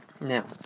Now